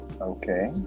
Okay